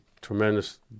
tremendous